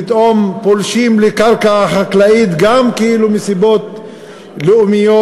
פתאום פולשים לקרקע חקלאית גם כאילו מסיבות לאומיות,